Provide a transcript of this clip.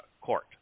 court